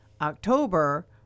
October